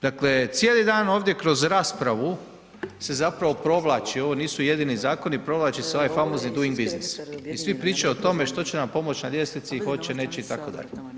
Dakle, cijeli dan ovdje kroz raspravu se zapravo provlači, ovo nisu jedini zakoni, provlači se ovaj famozni Duing biznis i svi pričaju o tome što će nam pomoći na ljestvici, hoće, neće itd.